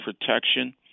protection